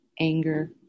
anger